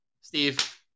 Steve